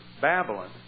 Babylon